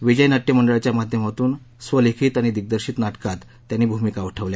विजय नाट्य मंडळाच्या माध्यमातून स्वलिखित आणि दिग्दर्शित नाटकात त्यांनी भूमिका वठवल्या